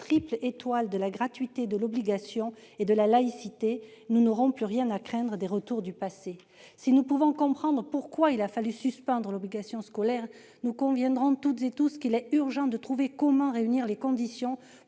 triple étoile de la gratuité, de l'obligation et de la laïcité, nous n'aurons plus rien à craindre des retours du passé. » Si nous pouvons comprendre pourquoi il a fallu suspendre l'obligation scolaire, nous conviendrons toutes et tous qu'il est urgent de trouver comment réunir les conditions